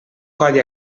codi